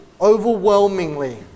overwhelmingly